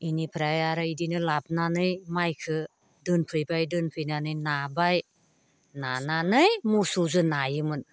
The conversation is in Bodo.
बेनिफ्राय आरो बिदिनो लाबोनानै माइखौ दोनफैबाय दोनफैनानै नाबाय नानानै मोसौजोंं नायोमोन